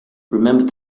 remember